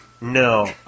No